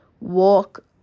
Walk